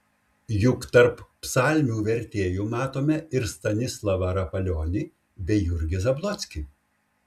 juk tarp psalmių vertėjų matome ir stanislavą rapalionį bei jurgį zablockį